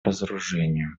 разоружению